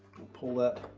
pull that,